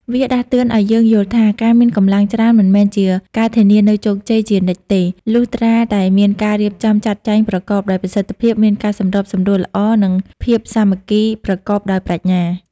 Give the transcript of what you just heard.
វាដាស់តឿនឲ្យយើងយល់ថា ការមានកម្លាំងច្រើនមិនមែនជាការធានានូវជោគជ័យជានិច្ចទេ លុះត្រាតែមានការរៀបចំចាត់ចែងប្រកបដោយប្រសិទ្ធភាព មានការសម្របសម្រួលល្អ និងភាពសាមគ្គីប្រកបដោយប្រាជ្ញា។